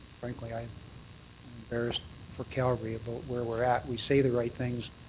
frankly i'm embarrassed for calgary about where we're at. we say the right things.